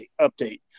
update